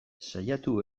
saiatu